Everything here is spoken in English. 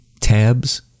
tabs